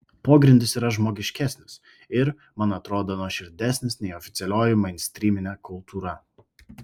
pogrindis yra žmogiškesnis ir man atrodo nuoširdesnis nei oficialioji mainstryminė kultūra